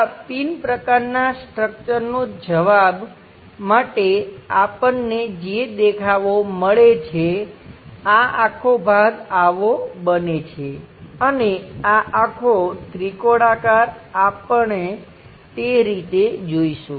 આ પિન પ્રકારનાં સ્ટ્રક્ચરનો જવાબ માટે આપણને જે દેખાવો મળે છે આ આખો ભાગ આવો બને છે અને આ આખો ત્રિકોણાકાર આપણે તે રીતે જોઈશું